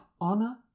honor